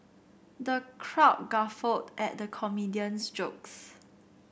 the crowd guffawed at the comedian's jokes